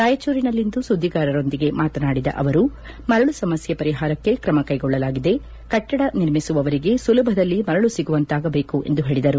ರಾಯಚೂರಿನಲ್ಲಿಂದು ಸುದ್ದಿಗಾರರೊಂದಿಗೆ ಮಾತನಾಡಿದ ಅವರು ಮರಳು ಸಮಸ್ಥೆ ಪರಿಹಾರಕ್ಕೆ ಕ್ರಮ ಕೈಗೊಳ್ಳಲಾಗಿದೆ ಕಟ್ಟಡ ನಿರ್ಮಿಸುವವರಿಗೆ ಸುಲಭದಲ್ಲಿ ಮರಳು ಸಿಗುವಂತಾಗಬೇಕು ಎಂದು ಹೇಳದರು